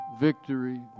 victory